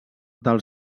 del